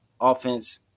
offense